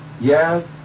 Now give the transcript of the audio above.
yes